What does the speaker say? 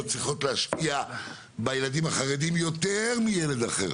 צריכות להשקיע בילדים החרדים יותר מילד אחר.